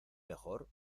mejor